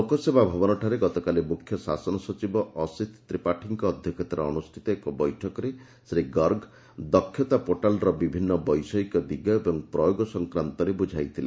ଲୋକସେବା ଭବନଠାରେ ଗତକାଲି ମୁଖ୍ୟ ଶାସନ ସଚିବ ଅସୀତ ତ୍ରିପାଠୀଙ୍କ ଅଧ୍ୟକ୍ଷତାରେ ଅନୁଷ୍ଠିତ ଏକ ବୈଠକରେ ଶ୍ରୀ ଗର୍ଗ ଦକ୍ଷତା ପୋର୍ଟାଲ୍ର ବିଭିନ୍ନ ବୈଷୟିକ ଦିଗ ଏବଂ ପ୍ରୟୋଗ ସଂକ୍ରାନ୍ତରେ ବୁଝାଇଥିଲେ